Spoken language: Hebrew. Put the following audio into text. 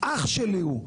אח שלי הוא.